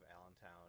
Allentown